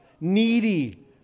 needy